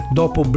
dopo